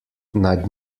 nad